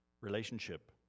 relationship